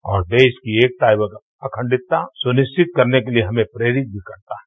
और देश की एकता और अखंडता सुनिश्चित करने के लिए हमें प्रेरित भी करता है